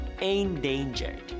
Endangered